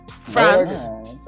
france